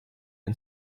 and